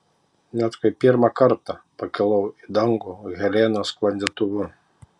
net kai pirmą kartą pakilau į dangų helenos sklandytuvu